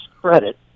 credit